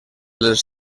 dels